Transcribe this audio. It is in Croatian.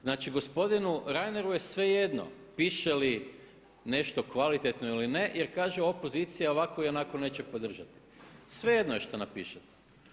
Znači gospodinu Reineru je svejedno piše li nešto kvalitetno ili ne jer kaže opozicija ovako ili onako neće podržati, svejedno je šta napišete.